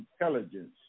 intelligence